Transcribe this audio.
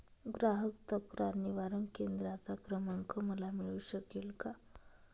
ग्राहक तक्रार निवारण केंद्राचा क्रमांक मला मिळू शकेल का?